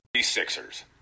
Sixers